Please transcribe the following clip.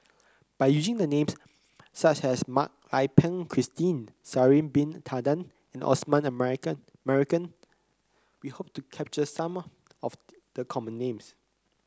by using the names such as Mak Ai Peng Christine Sha'ari Bin Tadin and Osman Merican Merican we hope to capture some of the common names